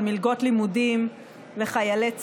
על מלגות לימודים לחיילי צה"ל,